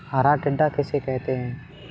हरा टिड्डा किसे कहते हैं?